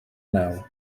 naw